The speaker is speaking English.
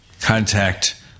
contact